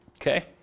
Okay